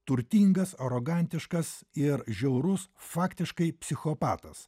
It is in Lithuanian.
turtingas arogantiškas ir žiaurus faktiškai psichopatas